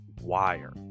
wire